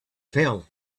fell